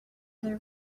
other